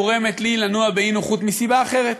גורמת לי לנוע באי-נוחות מסיבה אחרת: